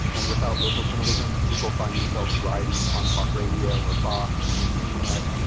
and without local journalism, people find themselves riding on talk radio, or fox, or the internet,